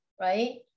right